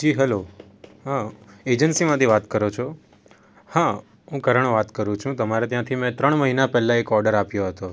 જી hello એજન્સીમાંથી વાત કરો છો હા હું કરણ વાત કરું છું તમારે ત્યાંથી મેં ત્રણ મહિના પહેલા એક ઓર્ડર આપ્યો હતો